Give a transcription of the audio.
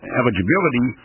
eligibility